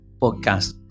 podcast